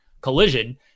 Collision